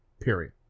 period